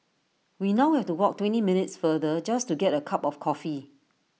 we now have to walk twenty minutes farther just to get A cup of coffee